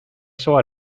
saw